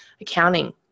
accounting